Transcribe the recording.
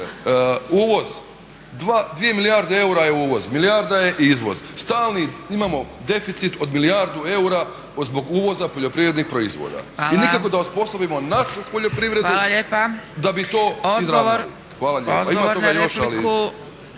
Uvoz, 2 milijarde eura je uvoz, milijarda je izvoz. Stalni, imamo deficit od milijardu eura zbog uvoza poljoprivrednih proizvoda. I nikako da osposobimo našu poljoprivredu da bi to izravnali. Hvala lijepa. A ima toga još ali.